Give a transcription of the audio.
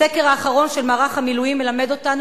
הסקר האחרון של מערך המילואים מלמד אותנו